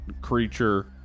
creature